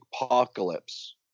apocalypse